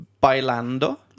bailando